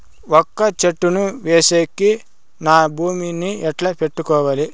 వక్క చెట్టును వేసేకి నేను నా భూమి ని ఎట్లా పెట్టుకోవాలి?